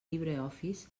libreoffice